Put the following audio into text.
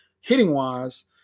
hitting-wise